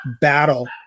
battle